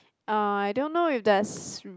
uh I don't know if there's